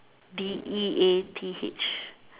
D E A T H